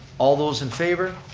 all those in favor?